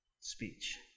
speech